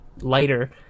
lighter